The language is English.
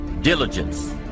Diligence